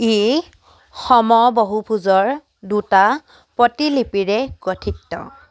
ই সমবহুভুজৰ দুটা প্ৰতিলিপিৰে গঠিত